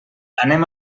anem